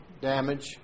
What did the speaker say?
damage